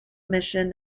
mission